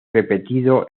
repetido